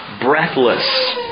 breathless